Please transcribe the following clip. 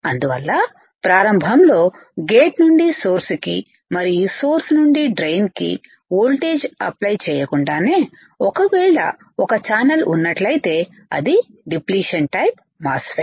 అందువల్ల ప్రారంభంలో గేట్ నుండి సోర్స్ కి మరియు సోర్స్source నుండి డ్రెయిన్కి ఓల్టేజి అప్లై చేయకుండానే ఒకవేళ ఒక ఛానల్ ఉన్నట్లయితే అది డిప్లిషన్ టైప్ మాస్ ఫెట్